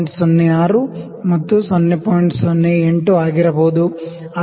08 ಆಗಿರಬಹುದು ಆದ್ದರಿಂದ 0